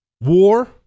War